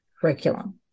curriculum